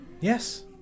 Yes